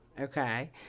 okay